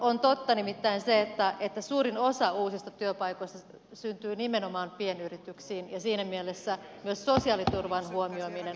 on totta nimittäin se että suurin osa uusista työpaikoista syntyy nimenomaan pienyrityksiin ja siinä mielessä myös sosiaaliturvan huomioiminen on erittäin tärkeää